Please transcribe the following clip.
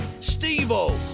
Steve-O